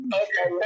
okay